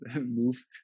move